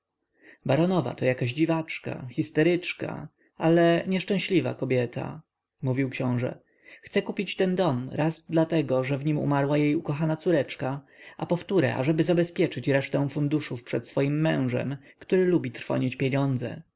baronowa to jakaś dziwaczka histeryczka ale nieszczęśliwa kobieta mówił książe chce kupić ten dom raz dlatego że w nim umarła jej ukochana córeczka a powtóre ażeby zabezpieczyć resztę funduszów przed swoim mężem który lubi trwonić pieniądze